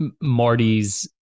marty's